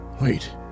Wait